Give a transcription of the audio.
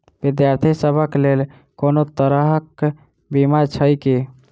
विद्यार्थी सभक लेल कोनो तरह कऽ बीमा छई की?